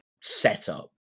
setup